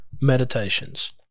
Meditations